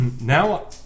Now